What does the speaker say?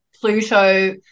Pluto